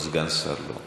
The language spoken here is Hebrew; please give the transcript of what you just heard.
סגן שר, לא.